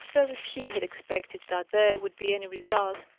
very few had expected that there would be any result,